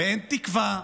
ואין תקווה.